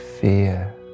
fear